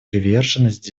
приверженность